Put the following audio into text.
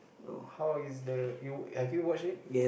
how is the you have you watch it